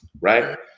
right